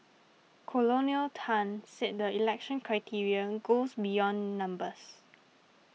Colonel Tan said the selection criteria goes beyond numbers